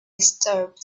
disturbed